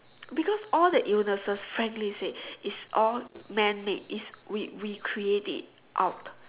because all the universe frankly said is all man made it's we we create it out